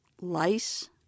Lice